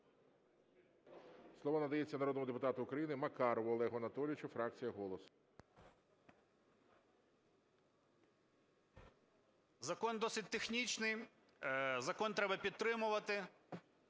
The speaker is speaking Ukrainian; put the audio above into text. Закон досить технічний, закон треба підтримувати.